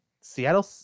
Seattle